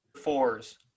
fours